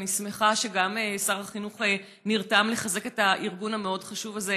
ואני שמחה שגם שר החינוך נרתם לחזק את הארגון המאוד-חשוב הזה.